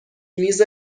میز